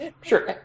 Sure